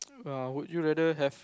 err would you rather have